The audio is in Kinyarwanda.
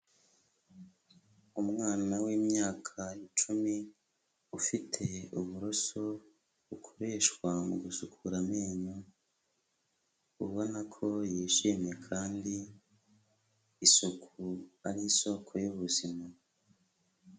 Umwana wimyaka icumi, ufite uburoso bukoreshwa mu gusukura amenyo, ubona ko yishimye kandi isuku ari isoko y'ubuzima.